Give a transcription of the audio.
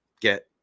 get